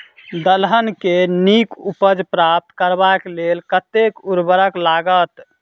दलहन केँ नीक उपज प्राप्त करबाक लेल कतेक उर्वरक लागत?